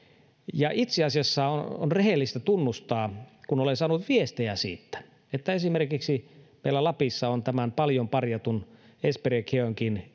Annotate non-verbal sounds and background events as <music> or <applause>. itse asiassa on rehellistä tunnustaa että olen saanut viestejä siitä että esimerkiksi meillä lapissa on tämän paljon parjatun esperi carenkin <unintelligible>